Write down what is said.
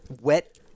wet